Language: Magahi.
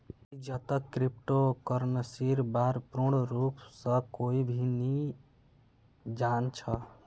आईजतक क्रिप्टो करन्सीर बा र पूर्ण रूप स कोई भी नी जान छ